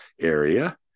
area